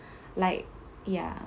like ya